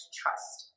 trust